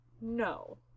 no